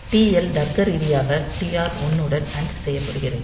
TL தர்க்கரீதியாக TR 1 உடன் and செய்யப்படுகிறது